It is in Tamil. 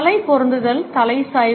தலை பொருத்துதல் தலை சாய்வு